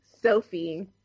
Sophie